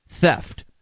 Theft